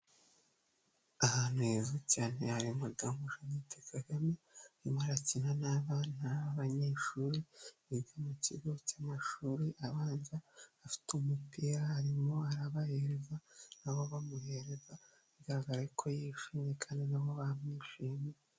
Ahantu heza cyane hari Madamu Jeannette Kagame arimo arakina n'abana b'abanyeshuri biga mu kigo cy'amashuri abanza. Afite umupira arimo arabahereza nabo bamuhereza. Bigaragara ko yishimye kandi nabo bamwishimiye.